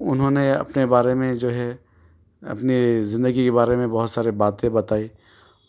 انہوں نے اپنے بارے میں جو ہے اپنی زندگی کے بارے میں بہت سارے باتیں بتائیں